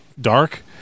dark